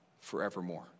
forevermore